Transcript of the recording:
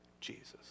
Jesus